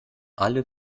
alle